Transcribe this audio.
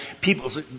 people's